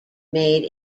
made